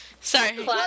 Sorry